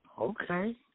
Okay